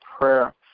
prayer